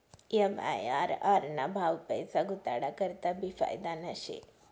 MIRR ना भाव पैसा गुताडा करता भी फायदाना शे